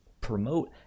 promote